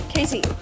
Casey